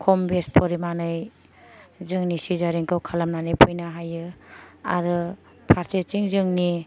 खम बेस फरिमानै जोंनि सिजारिंखौ खालामनानै फैनो हायो आरो फारसेथिं जोंनि